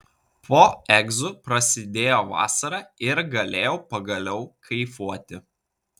po egzų prasidėjo vasara ir galėjau pagaliau kaifuoti